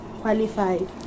qualified